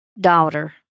daughter